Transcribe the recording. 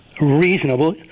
reasonable